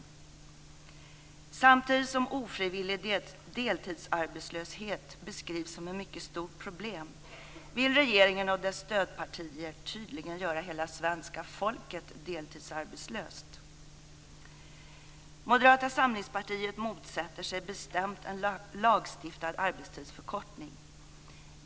Samtidigt som ofrivillig deltidsarbetslöshet beskrivs som ett mycket stort problem vill regeringen och dess stödpartier tydligen göra hela svenska folket deltidsarbetslöst. Moderata samlingspartiet motsätter sig bestämt en lagstiftad arbetstidsförkortning.